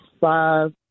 five